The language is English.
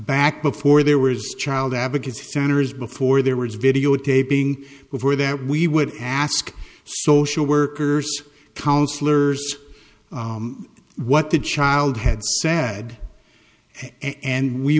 back before there was child advocates founders before there was videotaping before that we would ask social workers counsellors what the child had sad and we